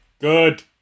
Good